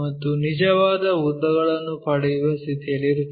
ಮತ್ತು ನಿಜವಾದ ಉದ್ದಗಳನ್ನು ಪಡೆಯುವ ಸ್ಥಿತಿಯಲ್ಲಿರುತ್ತದೆ